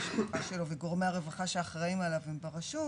המשפחה שלו וגורמי הרווחה שאחראים עליו הם ברשות,